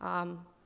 um,